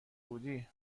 بودی